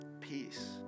peace